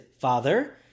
father